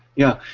yeah,